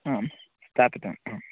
आम् स्थापितम् आं